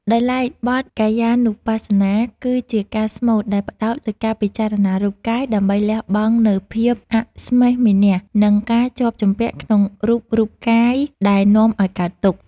ដោយឡែកបទ កាយានុបស្សនា គឺជាការស្មូតដែលផ្ដោតលើការពិចារណារូបកាយ ដើម្បីលះបង់នូវភាពអស្មិមានៈ និងការជាប់ជំពាក់ក្នុងរូបរូបកាយដែលនាំឱ្យកើតទុក្ខ។